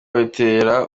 bitera